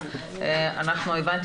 אנחנו --- גברתי,